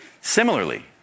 Similarly